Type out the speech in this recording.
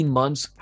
months